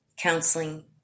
counseling